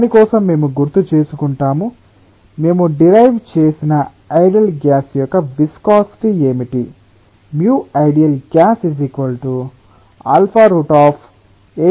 దాని కోసం మేము గుర్తుచేసుకుంటాము మేము డిరైవ్ చేసిన ఐడియల్ గ్యాస్ యొక్క విస్కాసిటి ఏమిటి µideal gas √8RTρλ